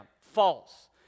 False